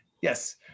Yes